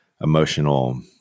emotional